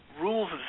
rules